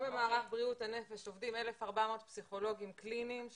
במערך בריאות הנפש היום עובדים 1,400 פסיכולוגים קליניים.